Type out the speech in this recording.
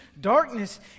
darkness